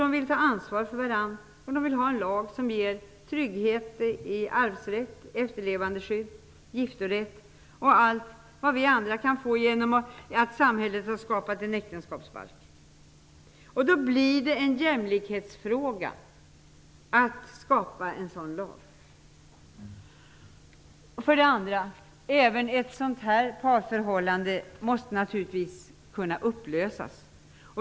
De vill ta ansvar för varandra, och de vill ha en lag som ger trygghet i arvsrätt, efterlevandeskydd, giftorätt och allt som vi andra kan få genom att samhället har skapat en äktenskapsbalk. Frågan om att skapa en sådan här lag blir då en jämlikhetsfråga. Även ett sådant här parförhållande måste naturligtvis kunna upplösas.